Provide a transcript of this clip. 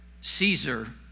Caesar